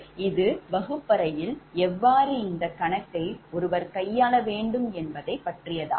இது வகுப்பறையில் எவ்வாறு இந்த கணக்கை ஒருவர் கையாள வேண்டும் என்பதைப் பற்றியதாகும்